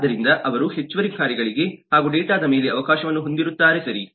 ಆದ್ದರಿಂದ ಅವರು ಹೆಚ್ಚುವರಿ ಕಾರ್ಯಗಳಿಗೆ ಹಾಗೂ ಡೇಟಾದ ಮೇಲೆ ಅವಕಾಶವನ್ನುಹೊಂದಿರುತ್ತಾರೆ ಸರಿ